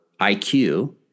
IQ